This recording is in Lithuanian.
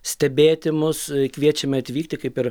stebėti mus kviečiame atvykti kaip ir